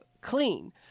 clean